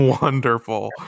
wonderful